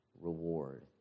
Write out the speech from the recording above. reward